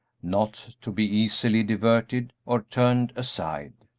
not to be easily diverted or turned aside.